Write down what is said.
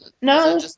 no